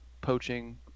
poaching